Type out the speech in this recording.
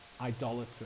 idolatry